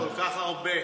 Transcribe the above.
אוה, כל כך הרבה.